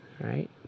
right